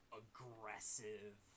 aggressive